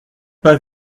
pas